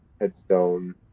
headstone